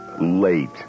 late